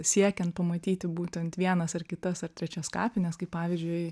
siekiant pamatyti būtent vienas ar kitas ar trečias kapines kaip pavyzdžiui